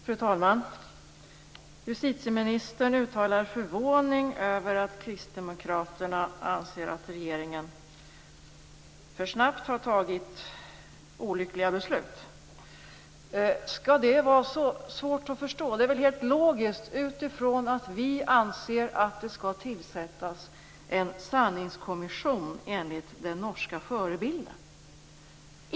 Fru talman! Justitieministern uttalade förvåning över att kristdemokraterna anser att regeringen alltför snabbt har fattat olyckliga beslut. Skall det vara så svårt att förstå? Det är väl helt logiskt utifrån att vi anser att det bör tillsättas en sanningskommission enligt den norska förebilden.